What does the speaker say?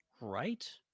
right